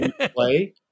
play